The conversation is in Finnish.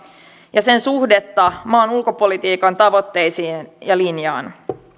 ja sen suhdetta maan ulkopolitiikan tavoitteisiin ja linjaan